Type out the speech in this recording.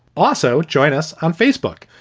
also join us on facebook.